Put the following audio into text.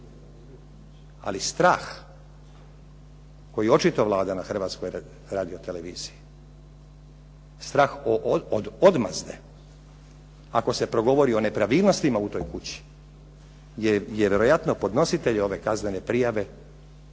ali strah koji očito vlada na Hrvatskoj radioteleviziji, strah od odmazde ako se progovori o nepravilnostima u toj kući, je vjerojatno podnositelj ove kaznene prijave